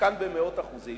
חלקן במאות אחוזים,